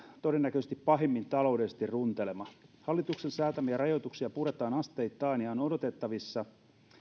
todennäköisesti pahimmin taloudellisesti runtelema hallituksen säätämiä rajoituksia puretaan asteittain ja on odotettavissa